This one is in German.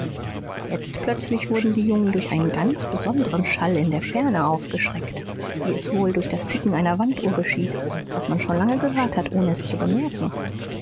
jetzt plötzlich wurden die jungen durch einen ganz besonderen schall in der ferne aufgeschreckt wie es wohl durch das ticken einer wanduhr geschieht das man schon lange gehört hat ohne es zu bemerken